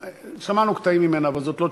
שמענו קטעים ממנה, זאת תשובה,